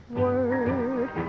word